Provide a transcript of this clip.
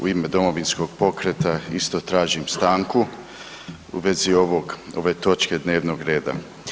U ime Domovinskog pokreta isto tražim stanku u vezi ove točke dnevnog reda.